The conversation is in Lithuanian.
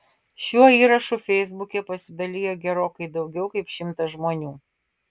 šiuo įrašu feisbuke pasidalijo gerokai daugiau kaip šimtas žmonių